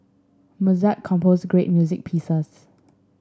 Mozart compose great music pieces